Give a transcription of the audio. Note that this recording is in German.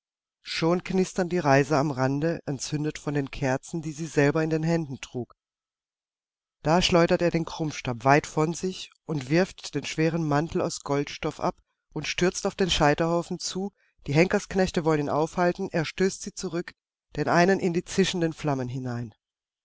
schon knistern die reiser am rande entzündet von den kerzen die sie selber in den händen trug da schleudert er den krummstab weit von sich und wirft den schweren mantel aus goldstoff ab und stürzt auf den scheiterhaufen zu die henkersknechte wollen ihn aufhalten er stößt sie zurück den einen in die zischenden flammen hinein